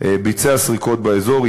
ביצע סריקות באזור,